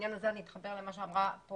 ובעניין הזה אני אתחבר למה שאמרה גברתי,